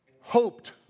hoped